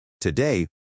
Today